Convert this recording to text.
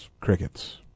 crickets